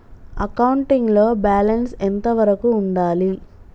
Accounting లో balance ఎంత వరకు ఉండాలి?